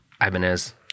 Ibanez